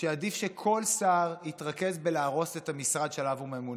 שעדיף שכל שר יתרכז בלהרוס את המשרד שאליו הוא ממונה.